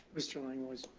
mr. lang was,